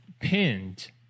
pinned